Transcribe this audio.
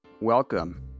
welcome